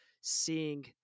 seeing